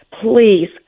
Please